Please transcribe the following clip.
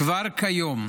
כבר כיום,